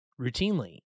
routinely